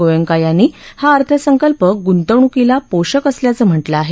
गोयंका यांनी हा अर्थसंकल्प गुंतवणूकीला पोषक असल्याचं म्हटलं आहे